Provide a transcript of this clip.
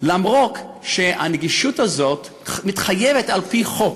למרות שהנגישות הזאת מתחייבת על-פי חוק.